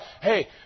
hey